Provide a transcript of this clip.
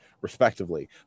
respectively